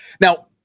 Now